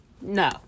no